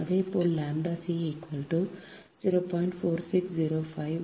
அதேபோல ʎ c 0